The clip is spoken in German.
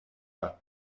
bad